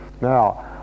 Now